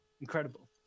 incredible